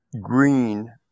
green